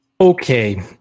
okay